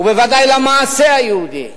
ובוודאי למעשה היהודי.